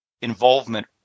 involvement